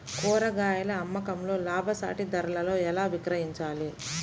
కూరగాయాల అమ్మకంలో లాభసాటి ధరలలో ఎలా విక్రయించాలి?